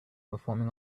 performing